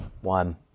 one